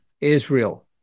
Israel